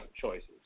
choices